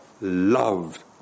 loved